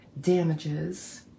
damages